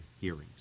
hearings